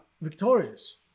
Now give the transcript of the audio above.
victorious